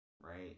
Right